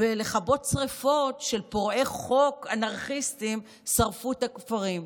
בלכבות שרפות של פורעי חוק אנרכיסטים ששרפו את הכפרים.